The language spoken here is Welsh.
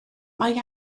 mae